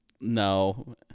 no